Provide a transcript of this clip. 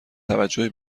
توجه